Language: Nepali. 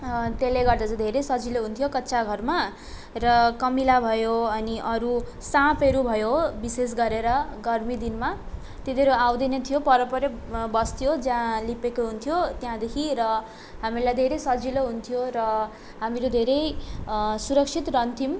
त्यसले गर्दा चाहिँ धेरै सजिलो हुन्थ्यो कच्चा घरमा र कमिला भयो अनि अरू साँपहरू भयो विशेष गरेर गर्मी दिनमा तिनीहरू आउँदैन थियो परपरै बस्थ्यो जहाँ लिपेको हुन्थ्यो त्यहाँदेखि र हामीहरूलाई धेरै सजिलो हुन्थ्यो र हामीहरू धेरै सुरक्षित रहन्थ्यौँ